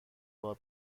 بار